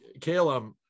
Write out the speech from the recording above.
Caleb